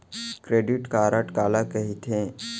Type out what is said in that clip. Credit card काला कहिथे?